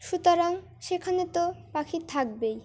সুতরাং সেখানে তো পাখি থাকবেই